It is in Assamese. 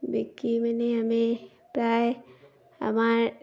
বিক্ৰী মানে আমি প্ৰায় আমাৰ